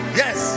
yes